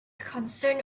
concern